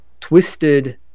twisted